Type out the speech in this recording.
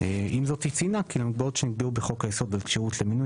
עם זאת היא ציינה כי למגבלות שנקבעו בחוק היסוד על כשירות המינוי